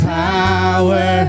power